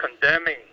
condemning